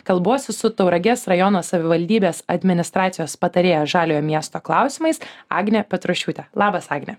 kalbuosi su tauragės rajono savivaldybės administracijos patarėja žaliojo miesto klausimais agne petrošiūte labas agne